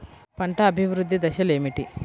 పంట అభివృద్ధి దశలు ఏమిటి?